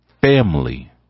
family